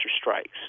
Strikes